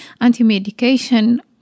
anti-medication